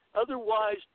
Otherwise